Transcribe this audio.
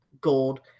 gold